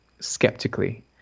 skeptically